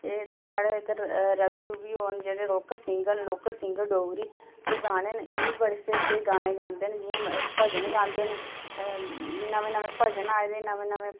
एह् इद्धर स्हाडे् इत्थै रवि रूवि होर न जेह्ड़े लोकल सिंगर न लोकल सिंगर डोगरी उंदे गाने न एह् बी बड़े स्हेई स्हेई गाने गांदे न जि'यां भजन गांदे न नमें नमें भजन आए दे नमें नमें